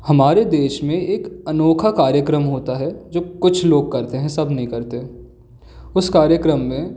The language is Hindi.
हमारे देश में एक अनोखा कार्यक्रम होता है जो कुछ लोग करते हैं सब नहीं करते उस कार्यक्रम में